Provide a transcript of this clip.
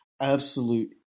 absolute